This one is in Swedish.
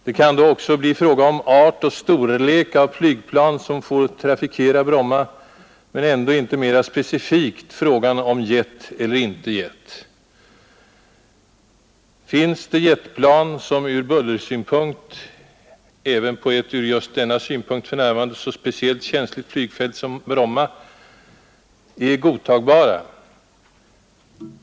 Det kan då också bli fråga om art och storlek av flygplan som får trafikera Bromma men ändå inte mera specifikt frågan om jet eller inte jet. Finns det jetplan som ur bullersynpunkt, även på ett ur just denna synpunkt för närvarande så speciellt känsligt flygfält som Bromma, är godtagbara?